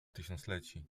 tysiącleci